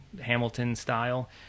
Hamilton-style